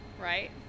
right